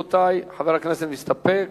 מסתפק.